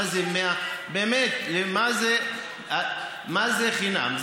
מה זה 100, באמת, מה זה חינם?